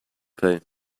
pay